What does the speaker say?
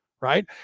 right